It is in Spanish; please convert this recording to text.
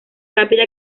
rápida